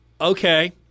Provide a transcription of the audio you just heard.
Okay